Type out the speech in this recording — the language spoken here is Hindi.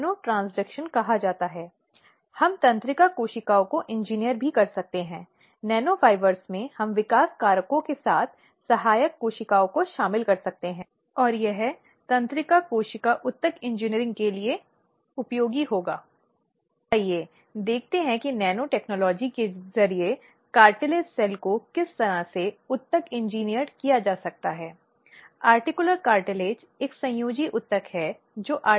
संदर्भ समय को देखें 2305 अब इस पूरे संबंध में एक निश्चित समय रेखा है और जांच 90 दिनों के भीतर पूरी की जानी चाहिए और एक अंतिम रिपोर्ट नियोक्ता या जिलाधिकारी को सौंपी जाएगी जहां वह संबंधित है जो LCC या स्थानीय शिकायत समिति है